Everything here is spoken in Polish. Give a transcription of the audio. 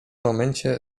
momencie